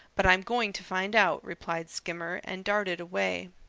but i'm going to find out, replied skimmer and darted away.